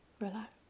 relax